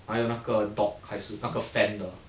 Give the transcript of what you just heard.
还有那个 dock 还是那个 fan 的